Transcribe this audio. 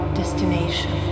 destination